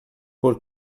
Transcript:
por